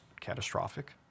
catastrophic